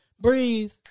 Breathe